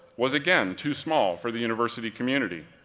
was again too small for the university community.